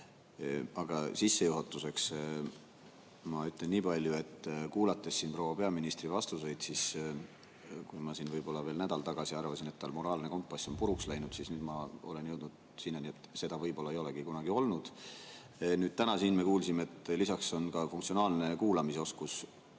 Aga sissejuhatuseks ma ütlen nii palju, et kuulates siin proua peaministri vastuseid, siis kui ma võib-olla veel nädal tagasi arvasin, et tal moraalne kompass on puruks läinud, siis nüüd ma olen jõudnud sinnani, et seda võib-olla ei olegi kunagi olnud. Nüüd, täna siin me kuulsime, et lisaks on funktsionaalse kuulamise oskus